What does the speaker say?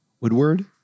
Woodward